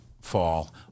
fall